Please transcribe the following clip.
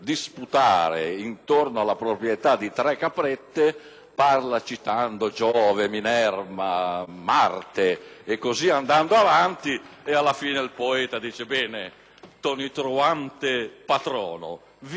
parla citando Giove, Minerva, Marte e così via, e alla fine il poeta dice: "Bene, tonitruante patrono, vieni adesso alle tre caprette".